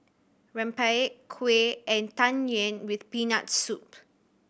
rempeyek kuih and Tang Yuen with Peanut Soup